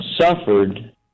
suffered